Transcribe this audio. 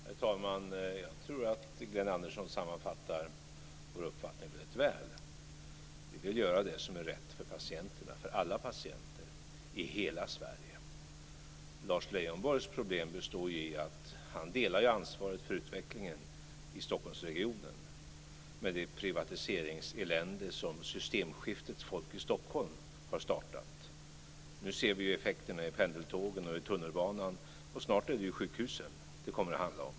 Herr talman! Jag tror att Glenn Andersson sammanfattar vår uppfattning väldigt väl. Vi vill göra det som är rätt för patienterna - för alla patienter, i hela Sverige. Lars Leijonborgs problem består i att han delar ansvaret för utvecklingen i Stockholmsregionen med det privatiseringselände som systemskiftets folk i Stockholm har startat. Nu ser vi effekterna vad gäller pendeltågen och tunnelbanan. Snart är det sjukhusen som det kommer att handla om.